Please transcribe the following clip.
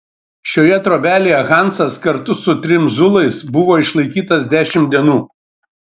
šioje trobelėje hansas kartu su trim zulais buvo išlaikytas dešimt dienų